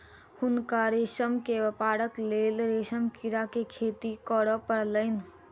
हुनका रेशम के व्यापारक लेल रेशम कीड़ा के खेती करअ पड़लैन